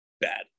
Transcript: bad